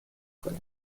کنی